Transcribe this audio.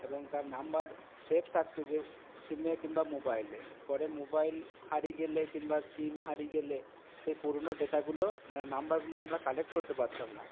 এবং তার number save থাকতো যে সিমে কিম্বা মোবাইলে পরে মোবাইল হারিয়ে গেলে কিংবা সিম হারিয়ে গেলে সেই পুরনো ডেটাগুলো মানে নাম্বারগুলো আমরা কালেক্ট করতে পারতাম না